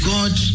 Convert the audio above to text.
God